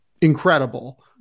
incredible